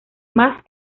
más